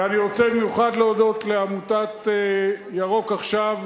ואני רוצה במיוחד להודות לעמותת "ירוק עכשיו",